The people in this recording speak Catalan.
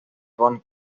bon